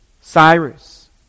Cyrus